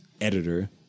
editor